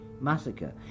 massacre